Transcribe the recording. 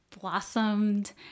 blossomed